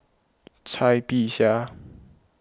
Cai Bixia